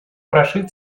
прошит